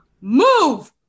move